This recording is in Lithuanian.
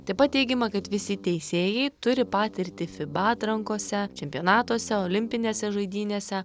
taip pat teigiama kad visi teisėjai turi patirtį fiba atrankose čempionatuose olimpinėse žaidynėse